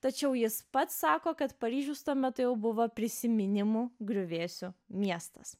tačiau jis pats sako kad paryžius tuo metu jau buvo prisiminimų griuvėsių miestas